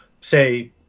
say